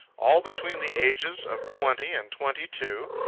all between the ages of twenty and twenty two,